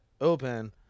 open